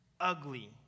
ugly